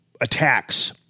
attacks